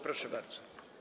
Proszę bardzo.